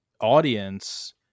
audience